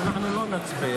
אז אנחנו לא נצביע,